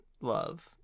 love